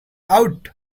out